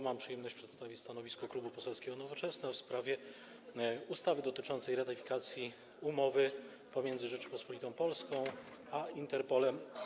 Mam przyjemność przedstawić stanowisko Klubu Poselskiego Nowoczesna w sprawie ustawy dotyczącej ratyfikacji umowy między Rządem Rzeczypospolitej Polskiej a Interpolem.